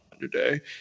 today